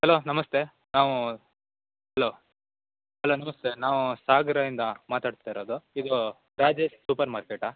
hello ನಮಸ್ತೆ ನಾವು hello hello ನಮಸ್ತೆ ನಾವು ಸಾಗ್ರದಿಂದ ಮಾತಾಡ್ತಾ ಇರೋದು ಇದು ರಾಜೇಶ್ ಸೂಪರ್ ಮಾರ್ಕೆಟ